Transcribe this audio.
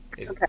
Okay